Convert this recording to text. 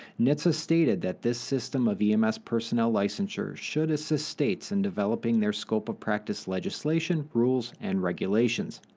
nhtsa stated that this system of ems personnel licensure should assist states in developing their scope of practice legislation, rules, and regulations.